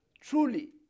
truly